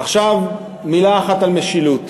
עכשיו מילה אחת על משילות.